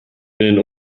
den